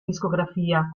discografia